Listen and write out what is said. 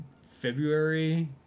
February